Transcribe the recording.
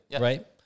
Right